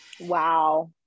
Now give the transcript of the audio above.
Wow